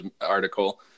article